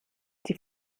die